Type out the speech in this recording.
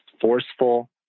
forceful